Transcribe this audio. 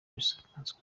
bisanzwe